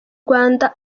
rwanda